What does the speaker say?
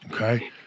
Okay